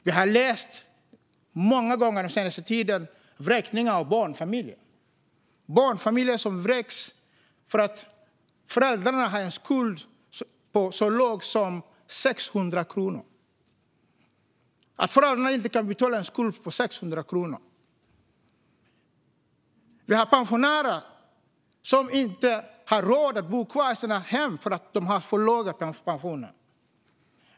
Vi har läst många gånger den senaste tiden om barnfamiljer som vräks därför att föräldrarna har en skuld som kan vara så låg som 600 kronor, som de inte kan betala. Vi har pensionärer som inte har råd att bo kvar i sitt hem därför att de har för låga pensioner.